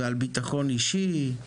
על ביטחון אישי,